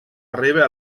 arriba